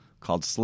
called